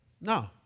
no